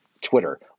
Twitter